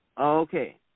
Okay